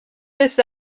this